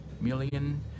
million